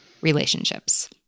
relationships